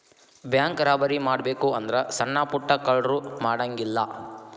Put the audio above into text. bank robbery ಮಾಡ್ಬೆಕು ಅಂದ್ರ ಸಣ್ಣಾ ಪುಟ್ಟಾ ಕಳ್ರು ಮಾಡಂಗಿಲ್ಲಾ